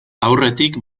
aurretik